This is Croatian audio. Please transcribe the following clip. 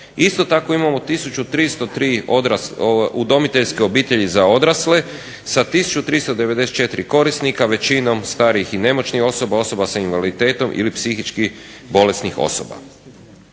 Isto tako imamo 1303 udomiteljske obitelji za odrasle sa 1394 korisnika, većinom starih i nemoćnih osoba, osoba sa invaliditetom ili psihički bolesnih osoba.